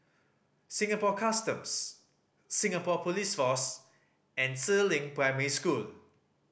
Singapore Customs Singapore Police Force and Si Ling Primary School